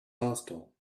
hostile